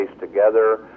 together